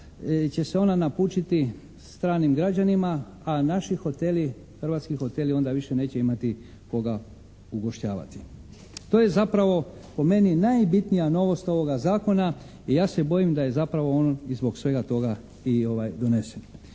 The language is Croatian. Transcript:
će se ona napučiti stranim građanima a naši hoteli, hrvatski hoteli onda više neće imati koga ugošćavati. To je zapravo po meni najbitnija novost ovoga zakona i ja se bojim da je zapravo on i zbog svega toga i donesen.